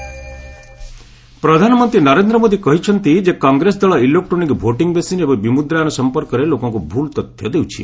PM TV interview ପ୍ରଧାନମନ୍ତ୍ରୀ ନରେନ୍ଦ୍ର ମୋଦି କହିଛନ୍ତି ଯେ କଂଗ୍ରେସ ଦଳ ଇଲେକ୍ଟ୍ରୋନିକ୍ ଭୋଟିଂ ମେସିନ୍ ଏବଂ ବିମୁଦ୍ରାୟନ ସଂପର୍କରେ ଲୋକଙ୍କୁ ଭୁଲ୍ ତଥ୍ୟ ଦେଉଛି